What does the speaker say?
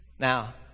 Now